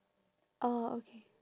oh okay